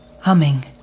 humming